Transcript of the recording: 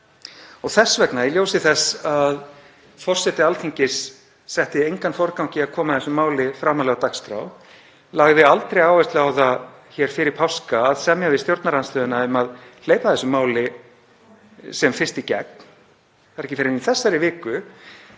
að það hafi tekist. En forseti Alþingis setti engan forgang í að koma þessu máli framarlega á dagskrá, lagði aldrei áherslu á það hér fyrir páska að semja við stjórnarandstöðuna um að hleypa þessu máli sem fyrst í gegn — það er ekki fyrr en í þessari viku,